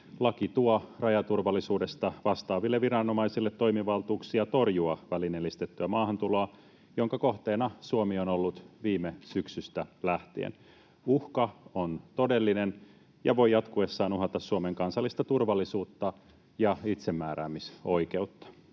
Laki tuo rajaturvallisuudesta vastaaville viranomaisille toimivaltuuksia torjua välineellistettyä maahantuloa, jonka kohteena Suomi on ollut viime syksystä lähtien. Uhka on todellinen ja voi jatkuessaan uhata Suomen kansallista turvallisuutta ja itsemääräämisoikeutta.